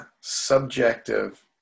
subjective